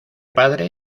padre